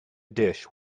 dish